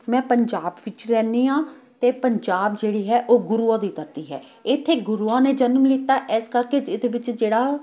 ਮੈਂ ਪੰਜਾਬ ਵਿੱਚ ਰਹਿੰਦੀ ਹਾਂ ਅਤੇ ਪੰਜਾਬ ਜਿਹੜੀ ਹੈ ਉਹ ਗੁਰੂਆਂ ਦੀ ਧਰਤੀ ਹੈ ਇੱਥੇ ਗੁਰੂਆਂ ਨੇ ਜਨਮ ਲਿਤਾ ਇਸ ਕਰਕੇ ਇਹਦੇ ਵਿੱਚ ਜਿਹੜਾ